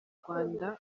rwanda